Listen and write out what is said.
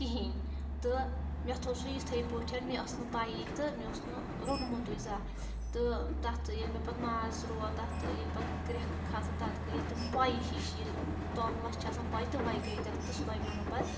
کہیٖنۍ تہٕ مےٚ تھوٚو سُہ یِتھٕے پٲٹھۍ مےٚ ٲس نہٕ پَیی تہٕ مےٚ اوس نہٕ روٚنمُتُے زانٛہہ تہٕ تَتھ ییٚلہِ مےٚ پَتہٕ ماز تروو تَتھ ییٚلہِ پَتہٕ گرٛؠکھ کھژٕ تَتھ گٔے تِم پۄیہِ ہِش ییٚلہِ توملَس چھِ آسان پۄے تِمَے گٔے تَتھ تہٕ سُہ بَنیو نہٕ پَتہٕ